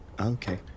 okay